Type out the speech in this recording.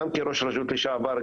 גם כראש ראשות לשעבר,